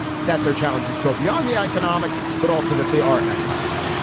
that their challenges go beyond the economic, but also that they are economic.